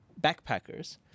backpackers